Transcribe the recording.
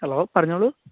hello പറഞ്ഞോളു